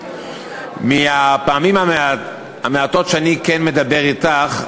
מהפעמים המעטות שאני כן מדבר אתך,